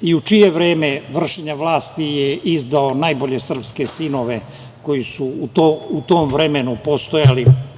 i u čije vreme vršenja vlasti je izdao najbolje srpske sinove, koji su u tom vremenu postojali